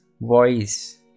voice